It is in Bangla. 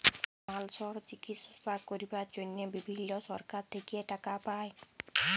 মালসর চিকিশসা ক্যরবার জনহে বিভিল্ল্য সরকার থেক্যে টাকা পায়